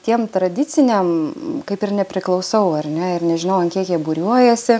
tiem tradiciniam kaip ir nepriklausau ar ne ir nežinau an kiek jie būriuojasi